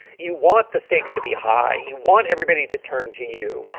you want the stakes to be high. you want everybody to turn to you.